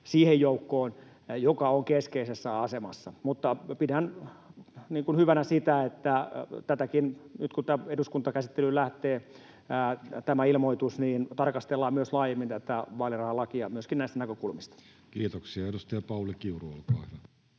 sen joukon, joka on keskeisessä asemassa. Mutta pidän hyvänä sitä, että nyt kun tämä ilmoitusasia eduskuntakäsittelyyn lähtee, niin tarkastellaan myös laajemmin tätä vaalirahalakia, myöskin näistä näkökulmista. [Speech 20] Speaker: Jussi Halla-aho